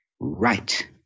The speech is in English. right